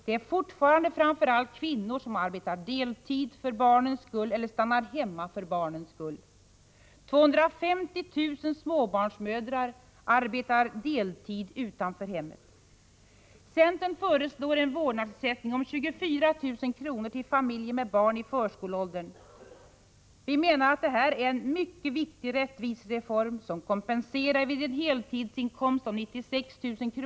Det är fortfarande framför allt kvinnor som arbetar deltid för barnens skull eller stannar hemma för barnens skull. 250 000 småbarnsmödrar arbetar deltid utanför hemmet. Centern föreslår en vårdnadsersättning om 24 000 kr. till familjer med barn i förskoleåldern. Vi menar att det är en mycket viktig rättvisereform som vid en heltidsinkomst om 96 000 kr.